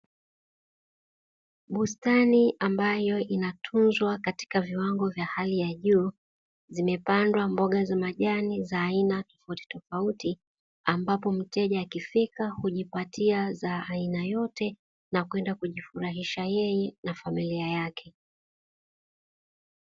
Bustani ambayo inatunzwa katika viwango vya hali ya juu zimepandwa mboga za majani za aina tofautitofauti, ambapo mteja akifika hujipatia za aina yote na kwenda kujifuraisha yeye na familia yake.